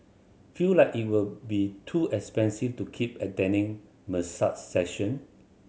feel like it will be too expensive to keep attending massage session